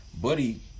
Buddy